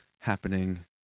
happening